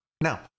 Now